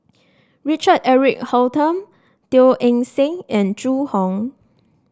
Richard Eric Holttum Teo Eng Seng and Zhu Hong